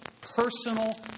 personal